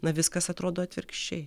na viskas atrodo atvirkščiai